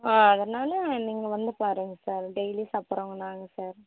ஆ அதனால் நீங்கள் வந்து பாருங்கள் சார் டெய்லி சாப்புடுறவங்க நாங்கள் சார்